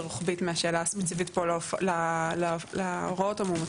רוחבית מהשאלה הספציפית פה להוראות המאומצות.